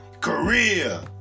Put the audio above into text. Korea